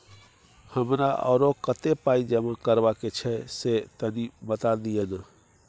हमरा आरो कत्ते पाई जमा करबा के छै से तनी बता दिय न?